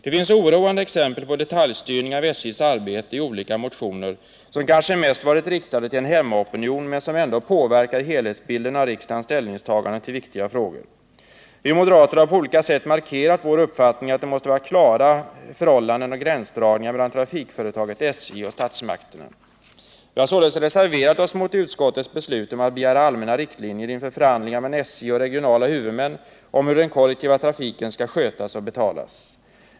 Det ges oroande exempel på detaljstyrning av SJ:s arbete i olika motioner, som kanske mest varit riktade till en hemmaopinion men som ändå påverkar helhetsbilden av riksdagens ställningstagande till viktiga frågor. Vi moderater har på olika sätt markerat vår uppfattning att det måste vara klara förhållanden mellan trafikföretaget SJ och statsmakterna. Vi har således reserverat oss mot utskottets beslut om att begära allmänna riktlinjer inför förhandlingar mellan SJ och regionala huvudmän om hur den kollektiva trafiken skall skötas och betalas.